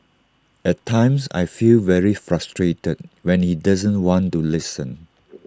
at times I feel very frustrated when he doesn't want to listen